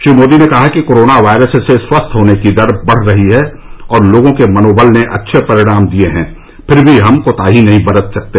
श्री मोदी ने कहा कि कोराना वायरस से स्वस्थ होने की दर बढ़ रही है और लोगों के मनोबल ने अच्छे परिणाम दिए हैं फिर भी हम कोताही नहीं बरत सकते